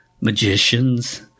magicians